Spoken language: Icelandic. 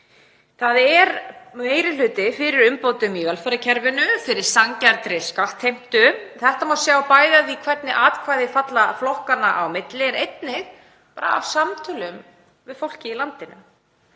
Það er meiri hluti fyrir umbótum í velferðarkerfinu, fyrir sanngjarnri skattheimtu. Þetta má sjá bæði á því hvernig atkvæði falla flokkanna á milli en einnig af samtölum við fólkið í landinu.